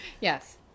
Yes